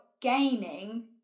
gaining